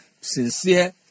sincere